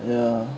ya